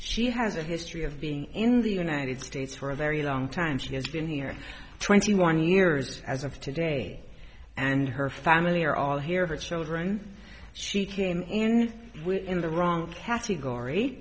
she has a history of being in the united states for a very long time she has been here twenty one years as of today and her family are all here her children she came in in the wrong category